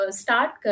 start